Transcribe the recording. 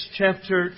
chapter